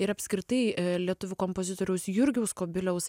ir apskritai lietuvių kompozitoriaus jurgiaus kubiliaus